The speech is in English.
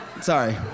Sorry